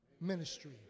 ministry